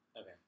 Okay